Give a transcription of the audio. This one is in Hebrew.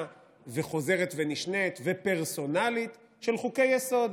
וחוזרת ונשנית ופרסונלית של חוקי-יסוד.